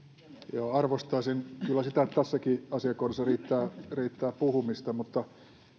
joo arvostaisin kyllä sitä tässäkin asiakohdassa riittää riittää puhumista mutta